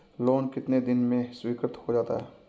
Loan कितने दिन में स्वीकृत हो जाता है?